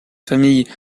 famille